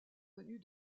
venus